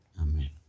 Amen